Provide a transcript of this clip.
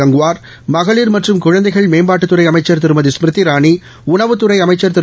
கங்குவார் மகளிர் மற்றும்குழந்தைகள் மேம்பாட்டுத்துறை அமைச்சர் திருமதி ஸ்மிருதி இராளி உணவுத்துறை அமைச்ச் திரு